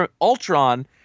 Ultron